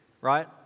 right